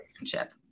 relationship